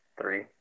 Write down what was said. three